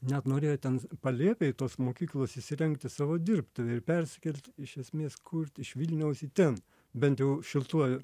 net norėjo ten palėpėj tos mokyklos įsirengti savo dirbtuvę ir perskirt iš esmės kurti iš vilniaus į ten bent jau šiltuoju